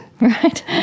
Right